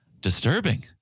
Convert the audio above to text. disturbing